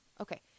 Okay